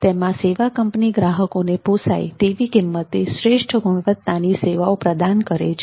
તેમાં સેવા કંપની ગ્રાહકોને પોષાય તેવી કિંમતે શ્રેષ્ઠ ગુણવત્તાની સેવાઓ પ્રદાન કરે છે